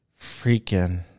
Freaking